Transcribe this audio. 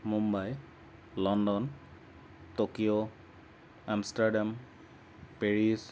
Mumbai London Tokyo Amsterdam Paris